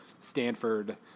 Stanford